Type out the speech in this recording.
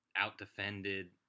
out-defended